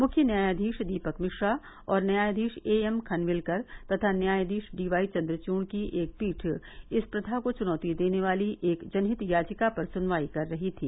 मुख्य न्यायाधीश दीपक मिश्रा और न्यायाधीश ए एम खनविलकर तथा न्यायाधीश डी वाई चन्द्रचूड़ की एक पीठ इस प्रथा को चुनौती देने वाली एक जनहित याचिका पर सुनवाई कर रही थी